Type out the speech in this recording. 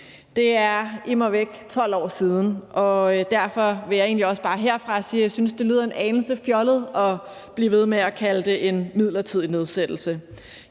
Det er immer væk 12 år siden, og derfor vil jeg egentlig også bare herfra sige, at jeg synes, at det lyder en anelse fjollet at blive ved med at kalde det en midlertidig nedsættelse.